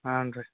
ಹಾಂ ರೀ